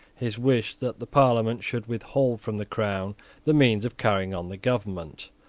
his wish that the parliament should withhold from the crown the means of carrying on the government.